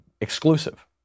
exclusive